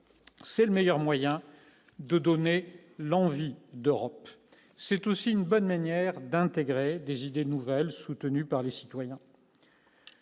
c'est le meilleur moyen de donner l'envie d'Europe, c'est aussi une bonne manière d'intégrer des idées nouvelles, soutenus par les citoyens,